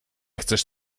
chcesz